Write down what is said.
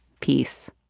peace